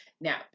now